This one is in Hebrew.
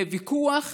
ויכוח